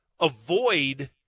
avoid